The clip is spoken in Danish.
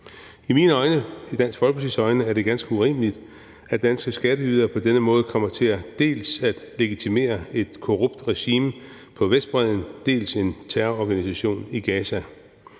I mine øjne, i Dansk Folkepartis øjne, er det ganske urimeligt, at danske skatteydere på denne måde dels kommer til at legitimere et korrupt regime på Vestbredden, dels en terrororganisation i Gaza.